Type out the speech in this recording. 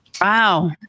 Wow